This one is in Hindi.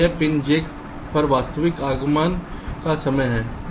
यह पिन j पर वास्तविक आगमन का समय है